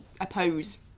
oppose